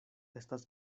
estas